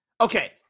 Okay